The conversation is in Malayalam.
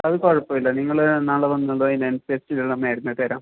അത് കുഴപ്പമില്ല നിങ്ങൾ നാളെ വന്നതോ അതിനനുസരിച്ചിള്ള മരുന്ന് തരാം